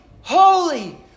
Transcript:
holy